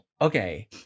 Okay